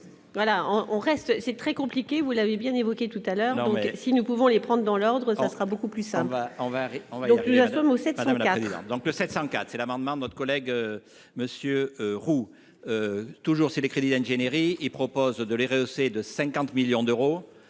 reste, c'est très compliqué, vous l'avez bien évoqué tout à l'heure donc, si nous pouvons les prendre dans l'ordre, ça sera beaucoup plus sympa, on va et puis il y a aussi. Donc, le 704 c'est l'amendement de notre collègue monsieur Roux toujours c'est les crédits d'ingénierie et propose de les rehausser de 50 millions d'euros,